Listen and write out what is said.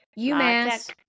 UMass